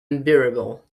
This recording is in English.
unbearable